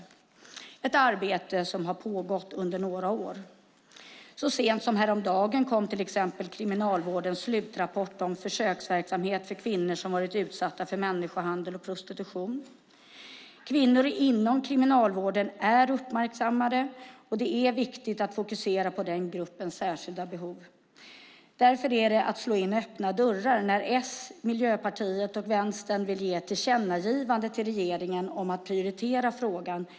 Det är ett arbete som har pågått under några år. Så sent som häromdagen kom till exempel Kriminalvårdens slutrapport om försöksverksamheten för kvinnor som varit utsatta för människohandel eller prostitution. Kvinnor inom kriminalvården är uppmärksammade, och det är viktigt att fokusera på den gruppens särskilda behov. Därför är det att slå in öppna dörrar när S, MP och V vill ge ett tillkännagivande till regeringen om att prioritera frågan.